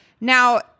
Now